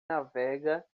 navega